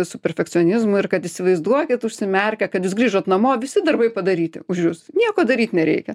su perfekcionizmu ir kad įsivaizduokit užsimerkę kad jūs grįžot namo visi darbai padaryti už jus nieko daryt nereikia